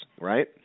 right